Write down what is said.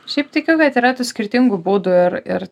šiaip tikiu kad yra tų skirtingų būdų ir ir